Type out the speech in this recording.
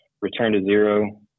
return-to-zero